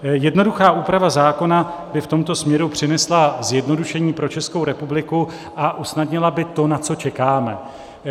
Jednoduchá úprava zákona by v tomto směru přinesla zjednodušení pro Českou republiku a usnadnila by to, na co čekáme.